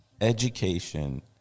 education